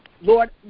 Lord